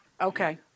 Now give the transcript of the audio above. Okay